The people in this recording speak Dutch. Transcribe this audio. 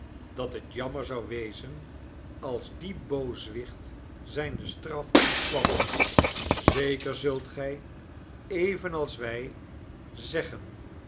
dat het jammer zou wezen als die booswicht zijne straf ontkwam zeker zult gij evenals wij zeggen